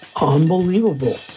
unbelievable